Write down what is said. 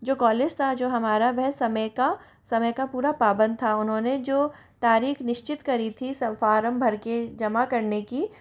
जो कॉलेज था जो हमारा वह समय का समय का समय का पूरा पाबंद था उन्होंने जो तारीख़ निश्चित करी थी सब फॉर्म भर के जमा करने की